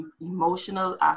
emotional